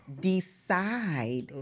decide